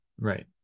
Right